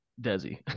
Desi